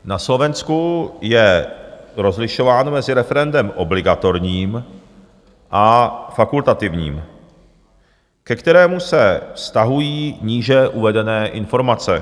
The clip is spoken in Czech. Na Slovensku je rozlišováno mezi referendem obligatorním a fakultativním, ke kterému se vztahují níže uvedené informace.